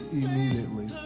immediately